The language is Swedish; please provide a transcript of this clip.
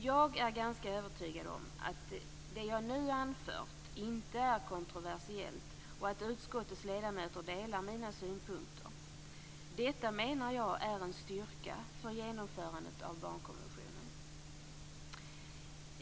Jag är ganska övertygad om att det jag nu anfört inte är kontroversiellt och att utskottets ledamöter delar mina synpunkter. Detta menar jag är en styrka för genomförandet av barnkonventionen.